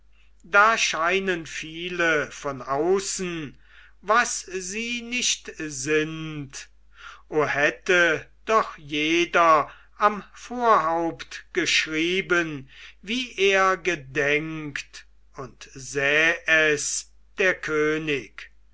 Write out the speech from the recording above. da scheinen viele von außen was sie nicht sind o hätte doch jeder am vorhaupt geschrieben wie er gedenkt und säh es der könig